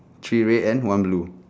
three red and one blue